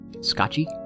scotchy